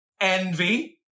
envy